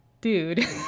Dude